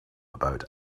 about